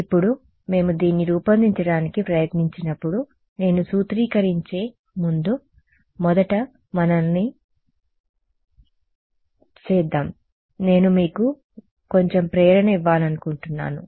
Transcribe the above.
ఇప్పుడు మేము దీన్ని రూపొందించడానికి ప్రయత్నించినప్పుడు నేను సూత్రీకరించే ముందు మొదట నేను మీకు కొంచెం ప్రేరణ ఇవ్వాలనుకుంటున్నాను